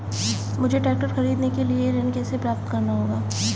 मुझे ट्रैक्टर खरीदने के लिए ऋण कैसे प्राप्त होगा?